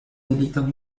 delitos